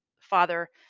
father